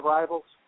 Rivals